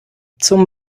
zum